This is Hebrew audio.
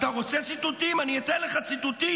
אתה רוצה ציטוטים, אני אתן לך ציטוטים.